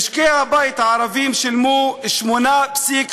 משקי הבית הערביים שילמו 8.8%,